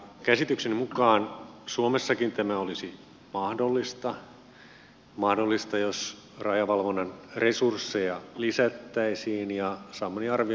käsitykseni mukaan suomessakin tämä olisi mahdollista mahdollista jos rajavalvonnan resursseja lisättäisiin